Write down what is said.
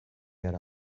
yer